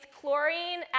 chlorine